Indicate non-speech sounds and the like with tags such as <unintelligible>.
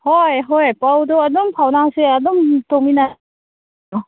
ꯍꯣꯏ ꯍꯣꯏ ꯄꯥꯎꯗꯨ ꯑꯗꯨꯝ ꯐꯥꯎꯅꯁꯦ ꯑꯗꯨꯝ <unintelligible>